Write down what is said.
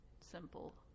simple